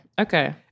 Okay